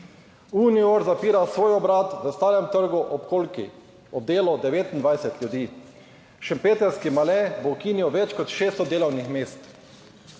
Unior zapira svoj obrat v Starem trgu ob Kolpi, ob delo 29 ljudi. Šempetrski Mahle bo ukinil več kot 600 delovnih mest.